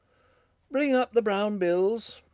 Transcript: bring up the brown bills.